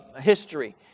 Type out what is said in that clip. history